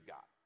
God